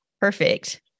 Perfect